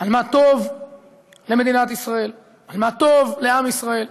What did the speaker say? על מה טוב למדינת ישראל, על מה טוב לעם ישראל.